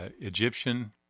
Egyptian